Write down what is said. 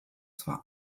zwar